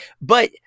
But-